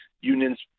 unions